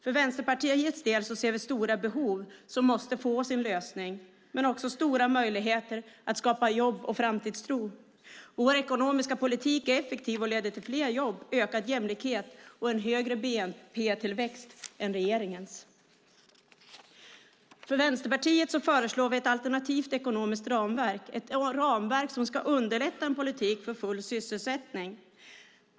För Vänsterpartiets del ser vi stora behov som måste få sin lösning men också stora möjligheter att skapa jobb och framtidstro. Vår ekonomiska politik är effektiv och leder till fler jobb, ökad jämlikhet och en högre bnp-tillväxt än regeringens. Vänsterpartiet föreslår ett alternativt ekonomiskt ramverk, ett ramverk som ska underlätta en politik för full sysselsättning.